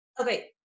Okay